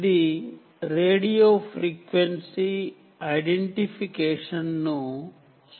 ఇది radio frequency identification ను సూచిస్తుంది